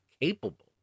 capable